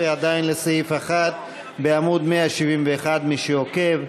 11, עדיין לסעיף 1, בעמוד 171, מי שעוקב.